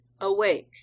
awake